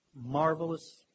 marvelous